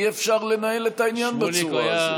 אי-אפשר לנהל את העניין בצורה בזאת.